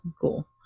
cool